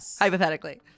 Hypothetically